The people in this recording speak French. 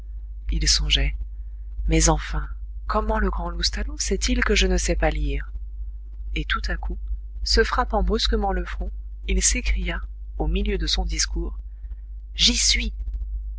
il songeait mais enfin comment le grand loustalot sait-il que je ne sais pas lire et tout à coup se frappant brusquement le front il s'écria au milieu de son discours j'y suis